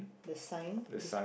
the sign they